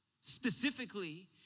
specifically